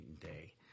day